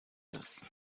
است